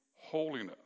holiness